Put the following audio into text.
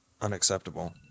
Unacceptable